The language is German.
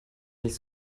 nicht